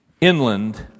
inland